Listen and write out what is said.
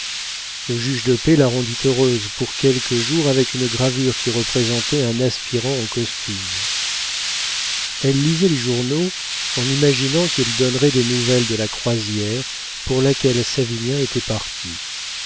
le juge de paix la rendit heureuse pour quelques jours avec une gravure qui représentait un aspirant en costume elle lisait les journaux en imaginant qu'ils donneraient des nouvelles de la croisière pour laquelle savinien était parti